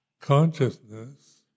consciousness